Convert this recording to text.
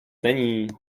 není